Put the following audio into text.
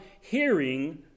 hearing